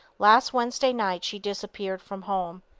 last wednesday night she disappeared from home.